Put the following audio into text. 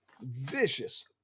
vicious